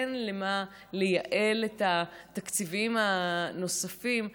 אין במה לייעל את התקציבים הנוספים?